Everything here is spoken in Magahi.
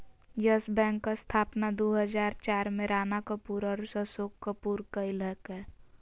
यस बैंक स्थापना दू हजार चार में राणा कपूर और अशोक कपूर कइलकय